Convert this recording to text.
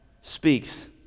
speaks